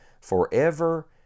forever